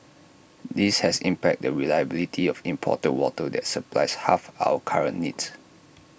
this has impacted the reliability of imported water that supplies half our current needs